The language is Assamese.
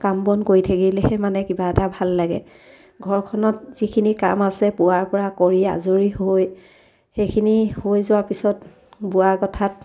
কাম বন কৰি থাকিলেহে মানে কিবা এটা ভাল লাগে ঘৰখনত যিখিনি কাম আছে পুৱাৰপৰা কৰি আজৰি হৈ সেইখিনি হৈ যোৱাৰ পিছত বোৱা গঠাত